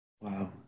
Wow